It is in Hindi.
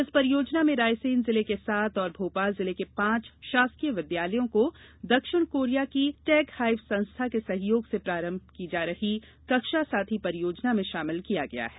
इस परियोजना में रायसेन जिले के सात और भोपाल जिले के पांच शासकीय विद्यालयों को दक्षिण कोरिया की टेग हाइव संस्था के सहयोग से प्रारंभ की जा रही कक्षा साथी परियोजना में शामिल किया गया है